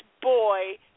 boy